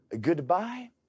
Goodbye